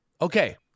Okay